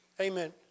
Amen